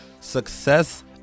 success